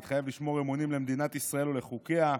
מתחייב לשמור אמונים למדינת ישראל ולחוקיה,